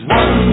one